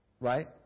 Right